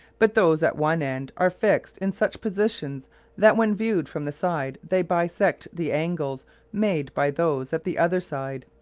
but those at one end are fixed in such positions that when viewed from the side they bisect the angles made by those at the other side.